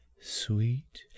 sweet